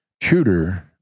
shooter